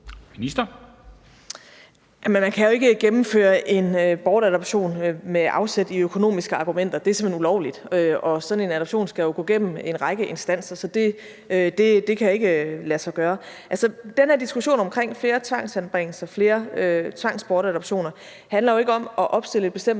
Man kan jo ikke gennemføre en bortadoption med afsæt i økonomiske argumenter; det er simpelt hen ulovligt. Og sådan en adoption skal jo gå gennem en række instanser – så det kan ikke lade sig gøre. Altså den her diskussion omkring flere tvangsanbringelser og flere tvangsbortadoptioner handler jo ikke om at opstille et bestemt